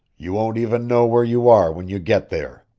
you won't even know where you are when you get there!